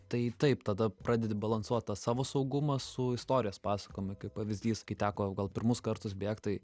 tai taip tada pradedi balansuot tą savo saugumą su istorijos pasakojimu kaip pavyzdys kai teko jau gal pirmus kartus bėgt tai